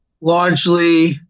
largely